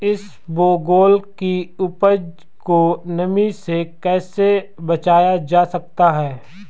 इसबगोल की उपज को नमी से कैसे बचाया जा सकता है?